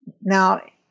Now